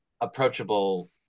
approachable